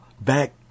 back